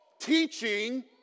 teaching